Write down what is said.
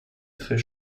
très